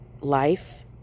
life